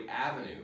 avenue